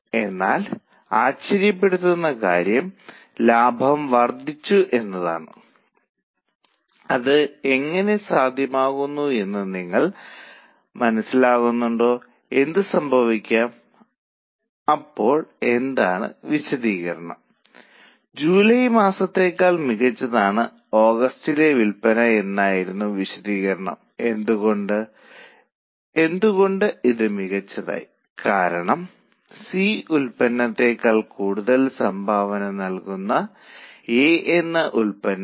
അതിനാൽ ഇത് 150000 ബജറ്റ് വിഹിതം നൽകുന്നു കാരണം 10000 യൂണിറ്റുകൾ 15 ആയി എന്ന് വച്ചാൽ 150 എന്നാണ് അർത്ഥമാക്കുന്നത് അവരുടെ ബഡ്ജറ്റിലെ നിശ്ചിത ഓവർഹെഡുകൾ 140 ആണ് അവർക്ക് ലാഭം 10000 മാത്രം